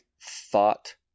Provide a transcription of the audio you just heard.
thought